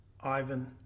Ivan